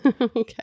Okay